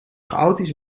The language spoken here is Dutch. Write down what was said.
chaotisch